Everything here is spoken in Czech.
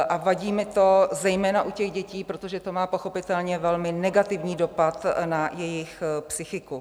A vadí mi to zejména u těch dětí, protože to má pochopitelně velmi negativní dopad na jejich psychiku.